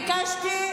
אני ביקשתי,